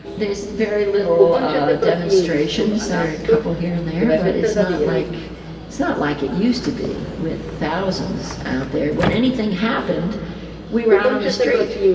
there is very little demonstrations, there are a couple here and there but it's not like it's not like it used to be with thousands out there. when anything happened we were out on the street,